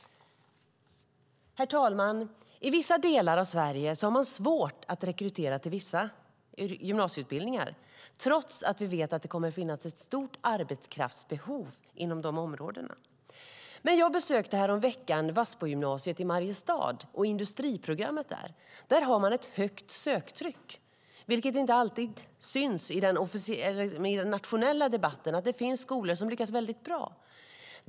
Herr talman! I vissa delar av Sverige har man svårt att rekrytera till vissa gymnasieutbildningar, trots att vi vet att det kommer att finnas ett stort arbetskraftsbehov inom de områdena. Jag besökte häromveckan Vadsbogymnasiet i Mariestad och industriprogrammet där. Där har man ett högt söktryck. Det syns inte alltid i den nationella debatten att det finns skolor som lyckas väldigt bra.